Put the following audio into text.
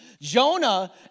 Jonah